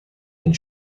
and